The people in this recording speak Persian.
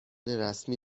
رسمی